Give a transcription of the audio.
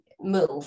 move